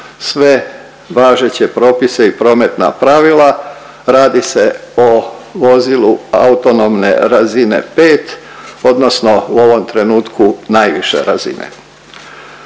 sve važeće propise i prometna pravila. Radi se o vozilu autonomne razine 5 odnosno u ovom trenutku najviše razine.